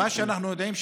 מה שאנחנו יודעים,